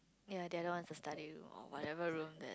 ya they don't want to study whatever room